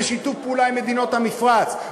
ושיתוף פעולה עם מדינות המפרץ,